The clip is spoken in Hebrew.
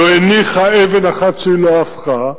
לא הניחה אבן אחת שהיא לא הפכה,